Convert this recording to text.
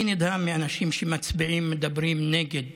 אני נדהם מאנשים שמצביעים ומדברים נגד